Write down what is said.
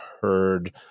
heard